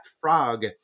Frog